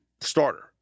starter